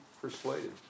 persuaded